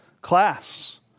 class